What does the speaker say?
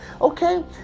Okay